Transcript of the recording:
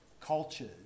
cultures